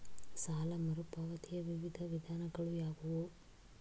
ಸಾಲ ಮರುಪಾವತಿಯ ವಿವಿಧ ವಿಧಾನಗಳು ಯಾವುವು?